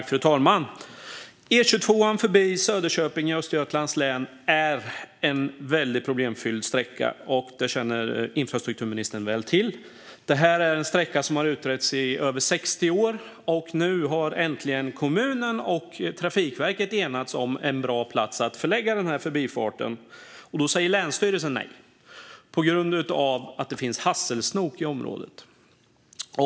Fru talman! Sträckan har utretts i över 60 år, och nu har kommunen och Trafikverket äntligen enats om en bra plats dit förbifarten kan förläggas. Men då säger länsstyrelsen nej på grund av att det finns hasselsnok i området.